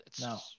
No